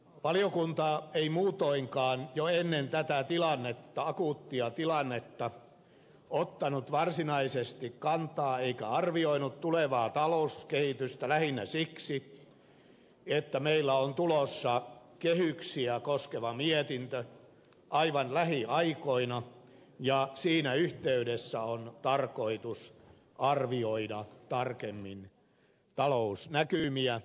valiokunta ei muutoinkaan jo ennen tätä akuuttia tilannetta ottanut varsinaisesti kantaa eikä arvioinut tulevaa talouskehitystä lähinnä siksi että meillä on tulossa kehyksiä koskeva mietintö aivan lähiaikoina ja siinä yhteydessä on tarkoitus arvioida tarkemmin talousnäkymiä